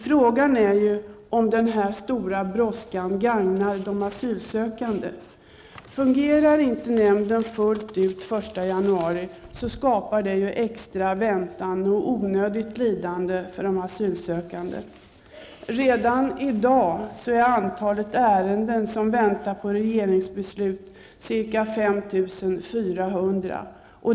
Frågan är om den här stora brådskan gagnar de asylsökande. Fungerar nämnden inte fullt ut den 1 januari medför det extra väntan och onödigt lidande för de asylsökande. Redan i dag är antalet ärenden som väntar på regeringsbeslut ca 5 400.